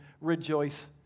rejoice